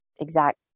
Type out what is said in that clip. exact